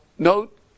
Note